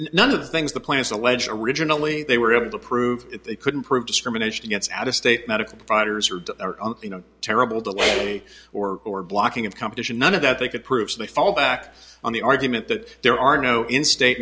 none of the things the plans allege originally they were able to prove they couldn't prove discrimination against out of state medical providers or you know terrible delay or or blocking of competition none of that they could prove so they fall back on the argument that there are no in state